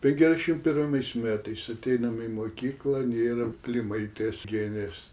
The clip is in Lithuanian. penkiasdešim pirmais metais ateinam į mokyklą nėra klimaitės genės